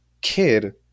kid